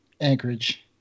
Anchorage